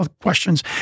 questions